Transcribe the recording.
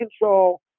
control